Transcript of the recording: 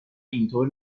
اینطور